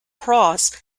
krauss